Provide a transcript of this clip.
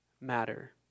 matter